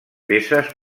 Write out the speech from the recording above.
peces